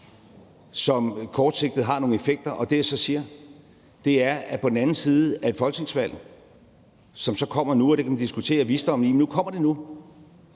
som kortsigtet har nogle effekter. Og det, jeg så siger, er, at man på den anden side af et folketingsvalg, som så kommer nu – det kan man diskutere visdommen i, men det kommer nu